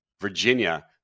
Virginia